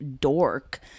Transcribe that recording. dork